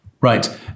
Right